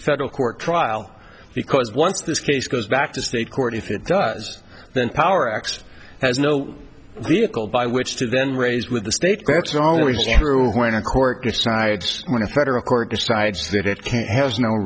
federal court trial because once this case goes back to state court if it does then power x has no vehicle by which to then raise with the state that's always true when a court decides when a federal court decides that it has no